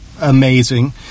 amazing